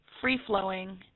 free-flowing